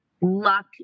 luck